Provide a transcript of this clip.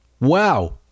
wow